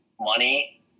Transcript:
money